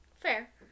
Fair